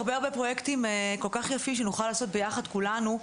מעבר לזה יש הרבה פרויקטים כל כך יפים שנוכל לעשות ביחד כולנו.